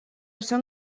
són